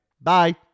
Bye